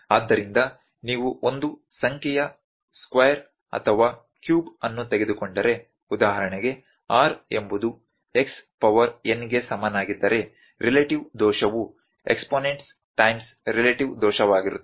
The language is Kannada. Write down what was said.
ಆದ್ದರಿಂದ ನೀವು ಒಂದು ಸಂಖ್ಯೆಯ ಸ್ಕ್ವೇರ್ ಅಥವಾ ಕ್ಯೂಬ್ ಅನ್ನು ತೆಗೆದುಕೊಂಡರೆ ಉದಾಹರಣೆಗೆ r ಎಂಬುದು x ಪವರ್ n ಗೆ ಸಮನಾಗಿದ್ದರೆ ರಿಲೇಟಿವ್ ದೋಷವು ಎಕ್ಸ್ಪೋನೆಂಟ್ಸ್ ಟೈಮ್ಸ್ ರಿಲೇಟಿವ್ ದೋಷವಾಗಿರುತ್ತದೆ